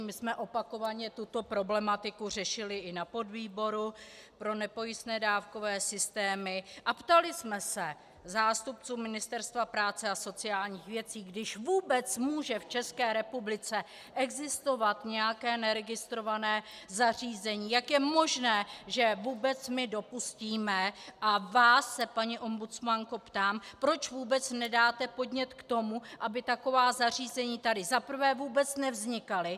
My jsme opakovaně tuto problematiku řešili i na podvýboru pro nepojistné dávkové systémy a ptali jsme se zástupců Ministerstva práce a sociálních věcí, když vůbec může v České republice existovat nějaké neregistrované zařízení, jak je možné, že vůbec my dopustíme, a vás se paní ombudsmanko ptám, proč vůbec nedáte podnět k tomu, aby taková zařízení tady za prvé vůbec nevznikala.